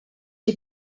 die